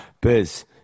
Biz